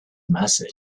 message